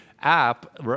app